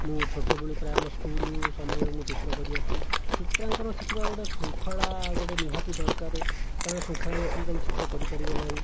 ମୁଁ ଛୋଟବେଳୁ ପ୍ରାୟ ମୋ ସ୍କୁଲ ସମୟରୁ ମୁଁ ଚିତ୍ର କରି ଆସିଛି ଚିତ୍ରାଙ୍କନ ଶିଖିବା ଗୋଟିଏ ଶୃଙ୍ଖଳା ଗୋଟେ ନିହାତି ଦରକାର କାରଣ ଶୃଙ୍ଖଳା ନଥିଲେ ତମେ ଚିତ୍ର କରିପାରିବ ନାହିଁ